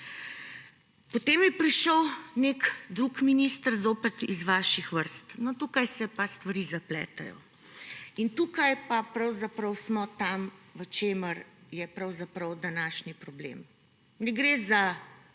Potem je prišel nek drug minister, zopet iz vaših vrst. No, tukaj se pa stvari zapletejo in tukaj smo pa tam, v čemer je pravzaprav današnji problem. Ne gre za